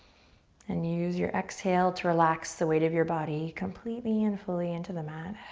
and use your exhale to relax the weight of your body completely and fully into the mat.